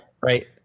right